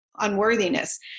unworthiness